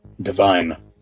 divine